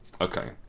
Okay